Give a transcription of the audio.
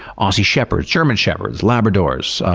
aussie shepherds, german shepherds, labradors.